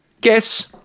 guess